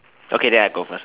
okay then I go first